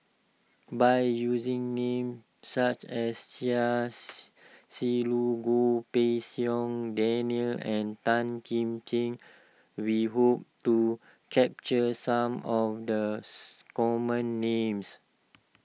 by using names such as Chia Shi Lu Goh Pei Siong Daniel and Tan Kim King we hope to capture some of the common names